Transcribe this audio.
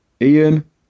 Ian